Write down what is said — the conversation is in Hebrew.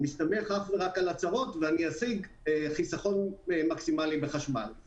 מסתמך אך ורק על הצהרות ואני אשיג חיסכון מקסימלי בחשמל.